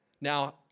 Now